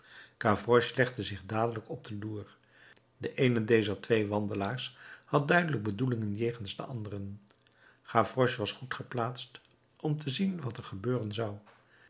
gavroche legde zich dadelijk op de loer de eene dezer twee wandelaars had duidelijk bedoelingen jegens den anderen gavroche was goed geplaatst om te zien wat er gebeuren zou